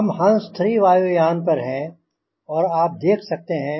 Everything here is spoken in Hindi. हम हँस 3 वायुयान पर हैं और आप देख सकते हैं